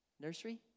Nursery